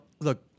look